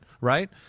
right